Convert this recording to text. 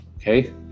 Okay